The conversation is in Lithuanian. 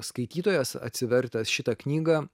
skaitytojas atsivertęs šitą knygą